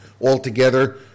altogether